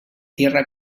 tierra